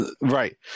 right